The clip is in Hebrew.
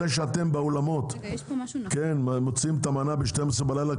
זה שאתם באולמות מוציאים את המנה ב-12 בלילה,